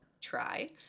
try